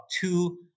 two